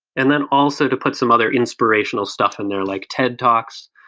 and then, also to put some other inspirational stuff in there, like ted talks,